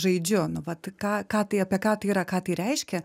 žaidžiu nu vat ką ką tai apie ką tai yra ką tai reiškia